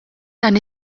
dan